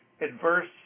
adverse